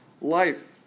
life